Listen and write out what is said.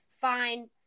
fine